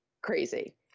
crazy